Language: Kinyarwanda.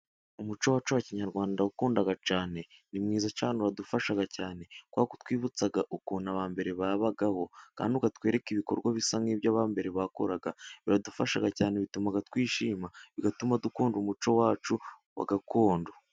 Umuco wacu wa kinyarwanda ndawukunda cyane ,ni mwiza cyane uradudufasha cyane, kuko utwibutsa ukuntu aba mbere babagaho, kandi ukatwereka ibikorwa bisa nk'ibyo aba mbere bakoraga, biradufasha cyane bituma twishima bigatuma dukunda umuco wacu wa gakondo.